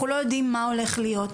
אנחנו לא יודעים מה הולך להיות.